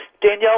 Danielle